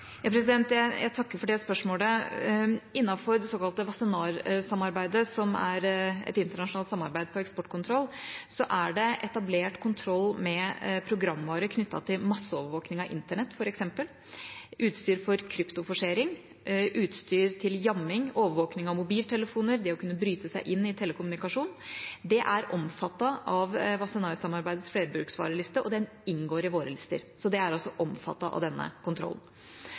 Jeg takker for det spørsmålet. Innenfor det såkalte Wassenaar-samarbeidet, som er et internasjonalt samarbeid på eksportkontroll, er det etablert kontroll med programvare knyttet til masseovervåkning av internett, f.eks., utstyr for kryptoforsering, utstyr til jamming, overvåkning av mobiltelefoner, det å kunne bryte seg inn i telekommunikasjon. Det er omfattet av Wassenaar-samarbeidets flerbruksvareliste, og den inngår i våre lister, så det er altså omfattet av denne kontrollen.